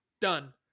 Done